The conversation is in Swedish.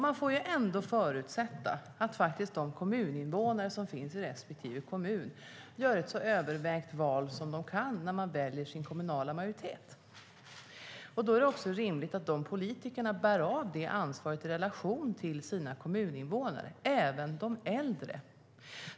Man får ändå förutsätta att de kommuninvånare som finns i respektive kommun gör ett så övervägt val de kan när de väljer sin kommunala majoritet. Då är det också rimligt att de politikerna bär det ansvaret i relation till sina kommuninvånare - även de äldre.